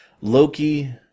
Loki